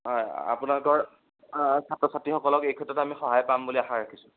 হয় আপোনালোকৰ ছাত্ৰ ছাত্ৰীসকলক এই ক্ষেত্ৰত আমি সহায় পাম বুলি আশা ৰাখিছোঁ